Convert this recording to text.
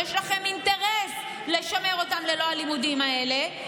שיש לכם אינטרס לשמר אותם ללא הלימודים האלה,